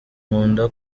nkunda